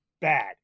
bad